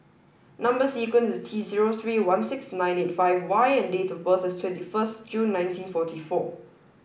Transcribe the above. number sequence is T zero three one six nine eight five Y and date of birth is twenty first June nineteen forty four